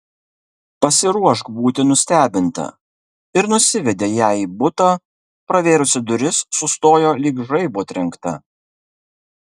pasiruošk būti nustebinta ir nusivedė ją į butą pravėrusi duris sustojo lyg žaibo trenkta